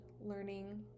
learning